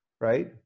Right